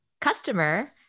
customer